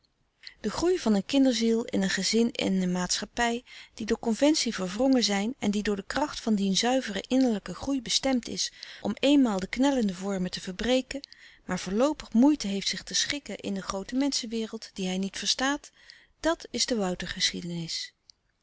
de groei van een kinderziel in een gezin en een maatschappij die door conventie verwrongen zijn en die door de kracht van dien zuiveren innerlijken groei bestemd is om eenmaal de knellende vormen te verbreken maar voorloopig moeite heeft zich te schikken in de grootemenschenwereld die hij niet verstaat dat is de